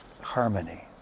harmony